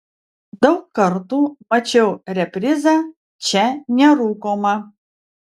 daug kartų mačiau reprizą čia nerūkoma